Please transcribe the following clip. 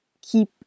keep